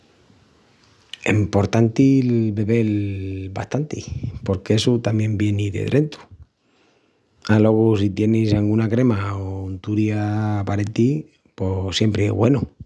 Emportanti’l bebel bastanti porque essu tamién vieni de drentu. Alogu si tienis anguna crema o unturia aparenti pos siempri es güenu.